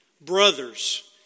Brothers